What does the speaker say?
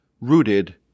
rooted